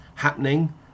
happening